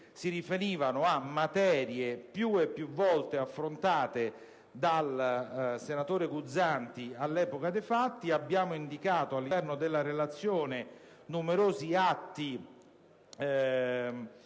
si riferivano a materie più e più volte affrontate dall'allora senatore Guzzanti. Abbiamo indicato, all'interno della relazione, numerosi atti